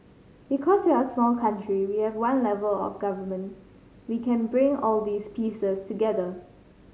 because we're a small country we have one level of Government we can bring all these pieces together